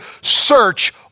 search